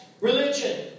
religion